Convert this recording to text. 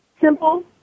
simple